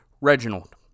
Reginald